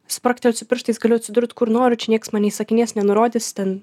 spragtelsiu pirštais galiu atsidurt kur noriu čia nieks man neįsakinės nenurodys ten